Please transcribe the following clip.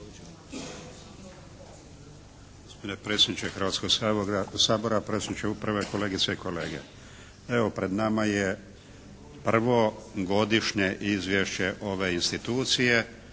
Gospodine predsjedniče Hrvatskog sabora, predsjedniče Uprave, kolegice i kolege. Evo pred nama je prvo Godišnje izvješće ove institucije